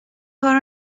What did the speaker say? کار